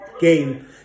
game